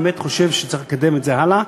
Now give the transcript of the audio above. אני באמת חושב שצריך לקדם את זה הלאה,